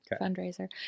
fundraiser